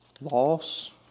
loss